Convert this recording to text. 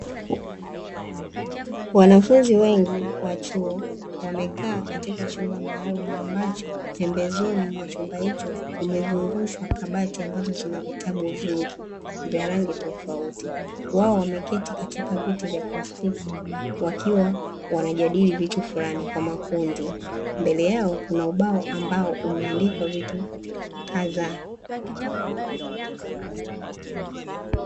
Wanafunzi wengi wa chuo wamekaa katika chumba maalumu, ambacho pembezoni mwa chumba hicho kumezungushwa kabati ambazo zina vitabu vingi vya rangi tofauti, wao wameketi katika viti vya plastiki wakiwa wanajadili vitu fulani kwa makundi. Mbele yao kuna ubao ambao umeandikwa vitu kadhaa.